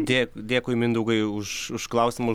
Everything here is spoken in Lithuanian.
dėk dėkui mindaugai už už klausimą